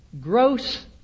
gross